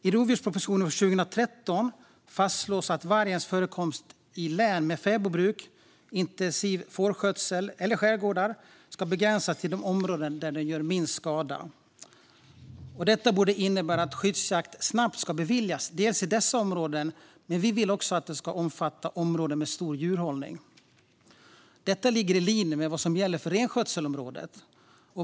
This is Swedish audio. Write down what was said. I rovdjurspropositionen från 2013 fastslås att vargens förekomst i län med fäbodbruk, intensiv fårskötsel eller skärgårdar ska begränsas till de områden där den gör minst skada. Detta borde innebära att skyddsjakt snabbt ska beviljas dels i dessa områden, dels i områden med stor djurhållning. Och detta ligger i linje med vad som gäller för renskötselområdet.